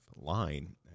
line